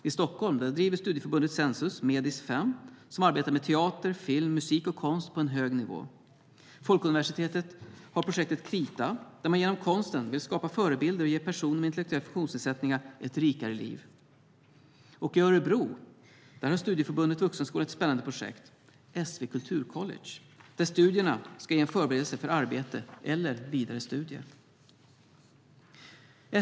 I Stockholm driver Studieförbundet Sensus Medis 5, som arbetar med teater, film, musik och konst på hög nivå. Folkuniversitet har projektet Krita, där man genom konsten vill skapa förebilder och ge personer med intellektuella funktionsnedsättningar ett rikare liv. Och i Örebro har Studieförbundet Vuxenskolan ett spännande projekt, SV Kulturcollege, där studierna ska ge en förberedelse för arbete eller vidare studier.